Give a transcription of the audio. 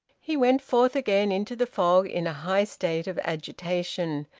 he went forth again into the fog in a high state of agitation,